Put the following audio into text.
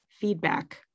feedback